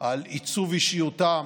על עיצוב אישיותם,